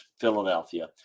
Philadelphia